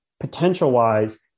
Potential-wise